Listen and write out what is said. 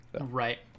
right